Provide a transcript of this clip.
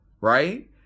right